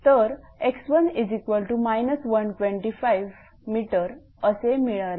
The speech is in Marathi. तर x 1 125 mअसे मिळाले